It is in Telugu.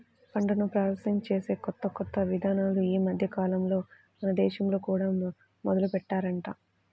పంటను ప్రాసెసింగ్ చేసే కొత్త కొత్త ఇదానాలు ఈ మద్దెకాలంలో మన దేశంలో కూడా మొదలుబెట్టారంట